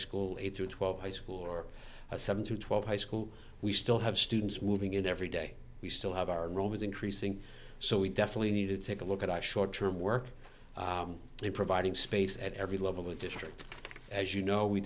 school a through twelve high school or a seven through twelve high school we still have students moving in every day we still have our room is increasing so we definitely need to take a look at our short term work in providing space at every level of district as you know we